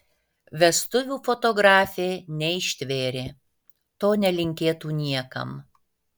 vestuvių fotografė neištvėrė to nelinkėtų niekam